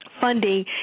funding